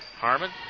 Harmon